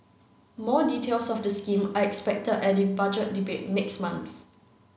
more details of the scheme are expected at the Budget Debate next month